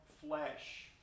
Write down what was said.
flesh